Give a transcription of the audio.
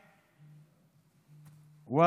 המליאה,